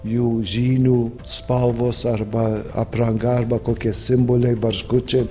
jų žynių spalvos arba apranga arba kokie simboliai barškučiai